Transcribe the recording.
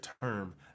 term